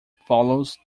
follows